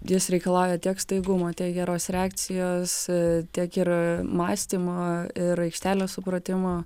jis reikalauja tiek staigumo tiek geros reakcijos tiek ir mąstymo ir aikštelės supratimo